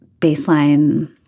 baseline